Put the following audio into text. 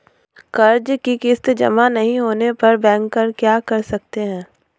कर्ज कि किश्त जमा नहीं होने पर बैंकर क्या कर सकते हैं?